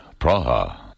Praha